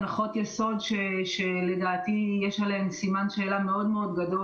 הנחות יסוד שלדעתי יש עליהן סימן שאלה גדול,